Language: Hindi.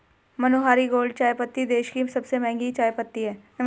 मनोहारी गोल्ड चायपत्ती देश की सबसे महंगी चायपत्ती है